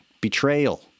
betrayal